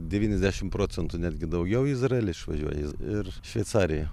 devyniasdešim procentų netgi daugiau į izraelį išvažiuoja ir šveicariją